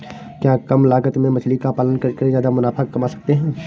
क्या कम लागत में मछली का पालन करके ज्यादा मुनाफा कमा सकते हैं?